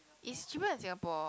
is cheaper in Singapore